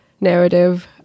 narrative